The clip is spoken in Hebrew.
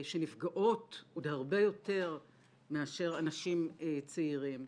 שנפגעות עוד הרבה יותר מאשר אנשים צעירים,